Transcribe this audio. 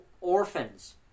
orphans